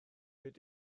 beth